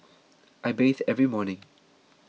I bathe every morning